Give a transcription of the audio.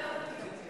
על זה אני לא אגיב.